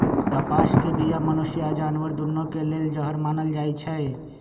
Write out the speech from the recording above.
कपास के बीया मनुष्य आऽ जानवर दुन्नों के लेल जहर मानल जाई छै